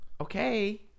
Okay